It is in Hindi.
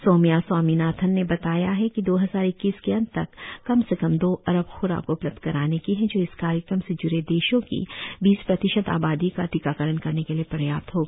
सौम्या स्वामीनाथन ने बताया कि दो हजार इक्कीस के अंत तक कम से कम दो अरब ख्राक उपलब्ध कराने की है जो इस कार्यक्रम से जुड़े देशों की बीस प्रतिशत आबादी का टीकाकरण करने के लिए पर्याप्त होगा